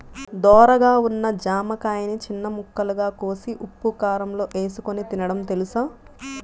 ధోరగా ఉన్న జామకాయని చిన్న ముక్కలుగా కోసి ఉప్పుకారంలో ఏసుకొని తినడం తెలుసా?